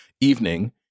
evening